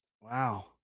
Wow